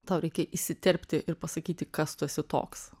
tau reikia įsiterpti ir pasakyti kas tu esi toks